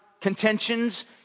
contentions